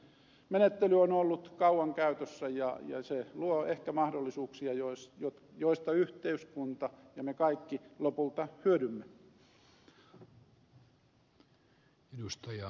mutta sormenjälkimenettely on ollut kauan käytössä ja se luo ehkä mahdollisuuksia joista yhteiskunta ja me kaikki lopulta hyödymme